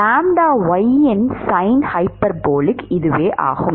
λy இன் sin hyperbolic ஆகும்